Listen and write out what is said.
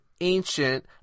ancient